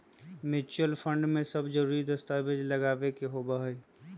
mutual fund में सब जरूरी दस्तावेज लगावे के होबा हई